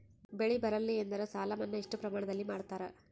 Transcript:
ಬೆಳಿ ಬರಲ್ಲಿ ಎಂದರ ಸಾಲ ಮನ್ನಾ ಎಷ್ಟು ಪ್ರಮಾಣದಲ್ಲಿ ಮಾಡತಾರ?